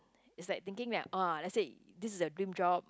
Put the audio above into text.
is like thinking that !ah! let's say this a dream job